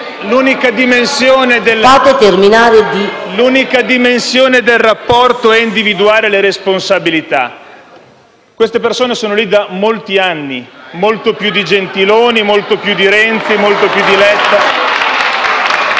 l'unica dimensione del rapporto è individuare le responsabilità. Queste persone sono lì da molti anni, molto più di Gentiloni Silveri, molto più di Renzi, molto più di Letta.